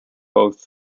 both